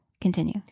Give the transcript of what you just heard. Continue